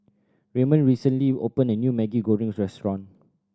Raymon recently opened a new Maggi Goreng restaurant